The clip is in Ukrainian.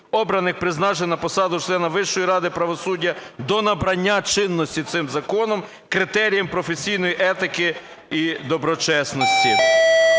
обраних (призначених) на посаду члена Вищої ради правосуддя до набрання чинності цим законом, критеріям професійної етики і доброчесності.